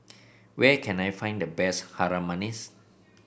where can I find the best Harum Manis